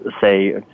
say